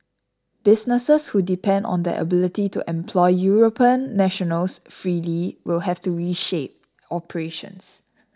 businesses who depend on their ability to employ European nationals freely will have to reshape operations